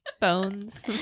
Bones